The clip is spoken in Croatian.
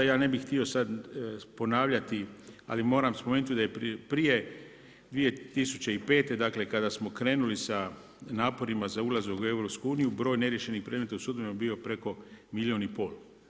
Ja ne bih htio sada ponavljati ali moram spomenuti da je prije 2005. dakle kada smo krenuli sa naporima za ulazak u EU, broj neriješenih predmeta u sudovima je bio preko milijun i pol.